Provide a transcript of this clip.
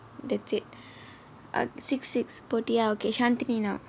that's it uh six six போட்டியா:pottiyaa okay shanthini how